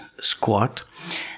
squat